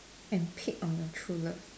and pick on your true love